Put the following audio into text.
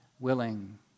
Willing